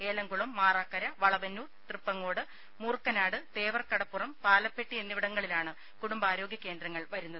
ഏലംകുളം മാറാക്കര വളവന്നൂർ തൃപ്രങ്ങോട് മൂർക്കനാട് തേവർ കടപ്പുറം പാലപ്പെട്ടി എന്നിവിടങ്ങളിലാണ് കുടുംബാരോഗ്യ കേന്ദ്രങ്ങൾ വരുന്നത്